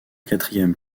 quatrième